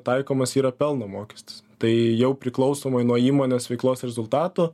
taikomas yra pelno mokestis tai jau priklausomai nuo įmonės veiklos rezultato